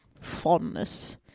fondness